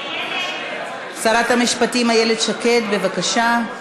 שרת המשפטים איילת שקד, בבקשה.